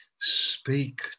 Speak